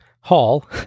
Hall